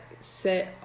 sit